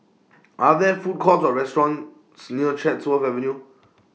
Are There Food Courts Or restaurants near Chatsworth Avenue